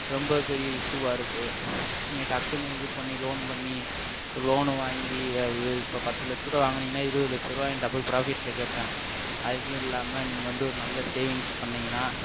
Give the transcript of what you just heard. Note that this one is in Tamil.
ரொம்ப பெரிய இஷ்யூவாயிருக்கு நீங்கள் டக்குனு இது பண்ணி லோன் பண்ணி லோன் வாங்கி இது இப்போ பத்து லட்சரூபா வாங்குனீங்கனா இருவதுலட்சரூவா டபுள் பிராஃபிட்டில் கேட்பான் அதுக்கும் இல்லாமல் நீங்கள் வந்து ஒரு நல்ல சேவிங்ஸ் பண்ணீங்கனா